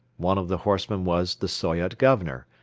one of the horsemen was the soyot governor,